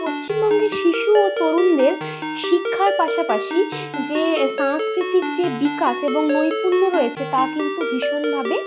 পশ্চিমবঙ্গে শিশু ও তরুণদের শিক্ষার পাশাপাশি যে সাংস্কৃতিক যে বিকাশ এবং নৈপুণ্য রয়েছে তা কিন্তু ভীষণভাবে